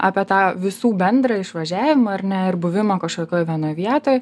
apie tą visų bendrą išvažiavimą ar ne ir buvimą kažkokioj vienoj vietoj